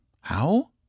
How